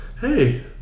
Hey